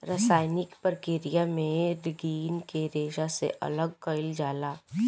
रासायनिक प्रक्रिया में लीग्रीन के रेशा से अलग कईल जाला